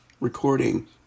recording